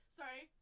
sorry